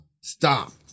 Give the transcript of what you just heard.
stop